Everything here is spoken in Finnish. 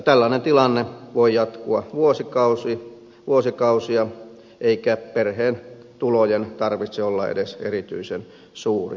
tällainen tilanne voi jatkua vuosikausia eikä perheen tulojen tarvitse olla edes erityisen suuria